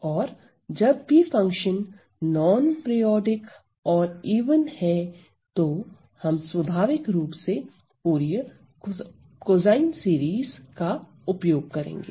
और जब भी फंक्शन नोन पीरिऑडिक और इवन है तो हम स्वाभाविक रूप से फूरिये कोसाइन सीरीज का उपयोग करेंगे